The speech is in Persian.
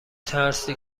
ترسی